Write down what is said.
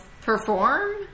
perform